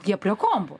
jie prie kompų